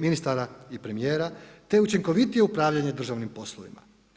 ministara i premijera, te učinkovitije upravljanje državnim poslovima.